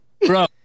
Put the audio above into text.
Bro